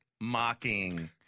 mocking